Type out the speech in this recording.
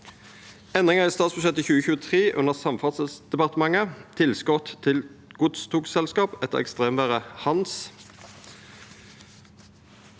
Endringar i statsbudsjettet 2023 under Samferdselsdepartementet (tilskot til godstogselskap etter ekstremvêret «Hans»)